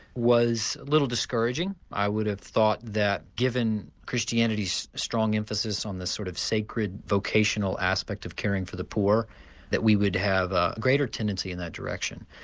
was a little discouraging, i would have thought that given christianity's strong emphasis on the sort of sacred vocational aspect of caring for the poor that we would have a greater tendency in that direction.